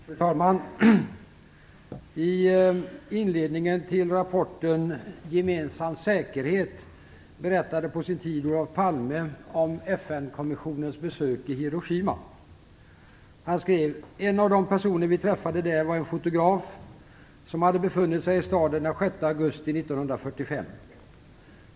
Fru talman! I inledningen till rapporten Gemensam säkerhet berättade på sin tid Olof Palme om FN "En av de personer vi träffade där var en fotograf som befunnit sig i staden den 6 augusti 1945.